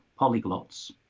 polyglots